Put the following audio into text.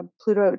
Pluto